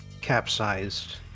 capsized